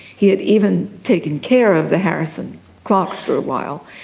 he had even taken care of the harrison clocks for a while.